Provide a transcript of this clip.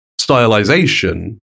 stylization